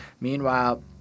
meanwhile